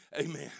Amen